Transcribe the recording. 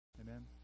Amen